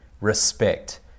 respect